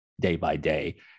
day-by-day